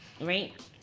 right